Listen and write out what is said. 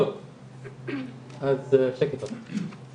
השקף הבא.